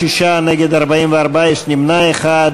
עיסאווי פריג' ומיכל רוזין,